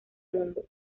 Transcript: mundo